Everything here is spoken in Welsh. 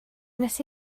wnes